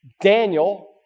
Daniel